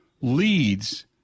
leads